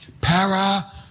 Para